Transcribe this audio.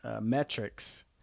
Metrics